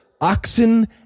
oxen